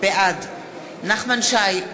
בעד נחמן שי,